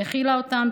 האכילה אותם,